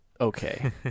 okay